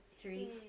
three